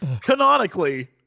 Canonically